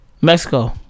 Mexico